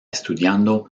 estudiando